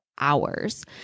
hours